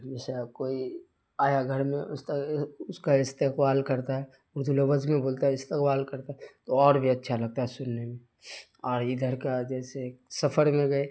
جیسے اگر کوئی آیا گھر میں اس اس کا استقبال کرتا ہے اردو لفظ میں بولتا ہے استقبال کرتا ہے تو اور بھی اچھا لگتا ہے سننے میں اور ادھر کا جیسے سفر میں گئے